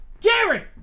Gary